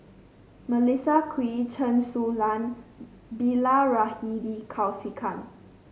Melissa Kwee Chen Su Lan Bilahari Kausikan